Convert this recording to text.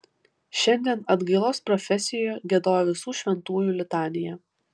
šiandien atgailos profesijoje giedojo visų šventųjų litaniją